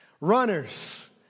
Runners